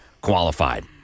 qualified